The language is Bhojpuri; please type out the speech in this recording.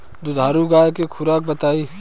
दुधारू गाय के खुराक बताई?